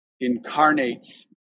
incarnates